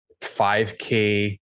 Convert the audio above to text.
5K